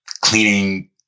cleaning